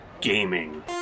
gaming